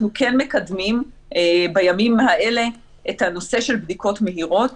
אנחנו כן מקדמים בימים האלה את הנושא של בדיקות מהירות